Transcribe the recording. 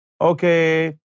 Okay